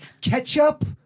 Ketchup